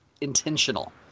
intentional